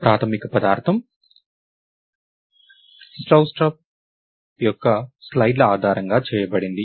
ప్రాథమిక పదార్థం స్ట్రౌస్ట్రప్ యొక్క స్లయిడ్ల ఆధారంగా చేయబడినది